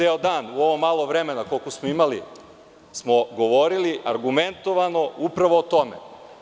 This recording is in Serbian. Ceo dan, u ovo malo vremena koliko smo imali smo govorili argumentovano upravo o tome.